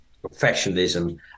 professionalism